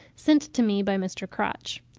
sent to me by mr. crotch.